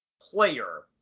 player